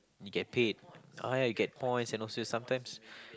you get paid ah you get points and also sometimes